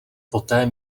poté